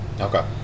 Okay